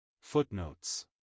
Footnotes